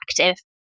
active